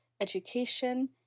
education